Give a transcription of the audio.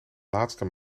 laatste